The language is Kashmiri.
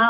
آ